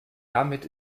damit